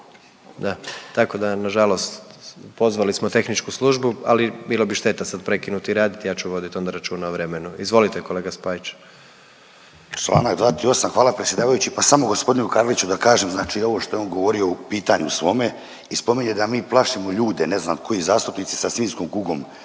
Da. Tako da, nažalost, pozvali smo tehničku službu, ali bilo bi šteta sad prekinuti rad, ja ću voditi onda računa o vremenu. Izvolite, kolega Spajić. **Spajić, Daniel (DP)** Čl. 238, hvala predsjedavajući. Pa samo g. Karliću da kažem, znači ovo što je on govorio u pitanju svome i spominje da mi plašimo ljude, ne znam koji zastupnici sa svinjskom kugom.